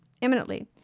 imminently